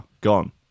Gone